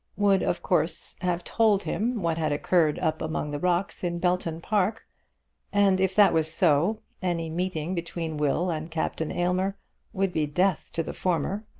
would of course have told him what had occurred up among the rocks in belton park and if that was so, any meeting between will and captain aylmer would be death to the former.